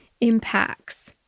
impacts